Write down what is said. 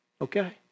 Okay